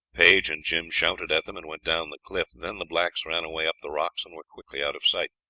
page and jim shouted at them and went down the cliff then the blacks ran away up the rocks, and were quickly out of sight.